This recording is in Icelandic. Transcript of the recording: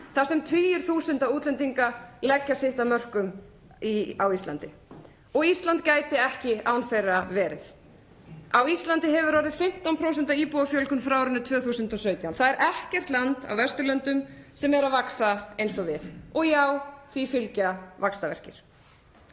þar sem tugir þúsunda útlendinga leggja sitt af mörkum. Og Ísland gæti ekki án þeirra verið. Á Íslandi hefur orðið 15% íbúafjölgun frá árinu 2017. Það er ekkert land á Vesturlöndum sem er að vaxa eins og við og já, því fylgja vaxtaverkir.